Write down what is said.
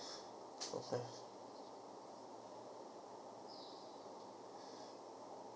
okay